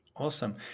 Awesome